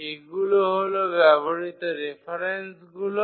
এগুলো হল ব্যবহৃত রেফারেন্সগুলি